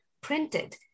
printed